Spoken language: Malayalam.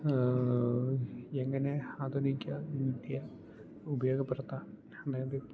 എങ്ങനെ ആധുനിക വിദ്യ ഉപയോഗപ്പെടുത്താൻ അതായത്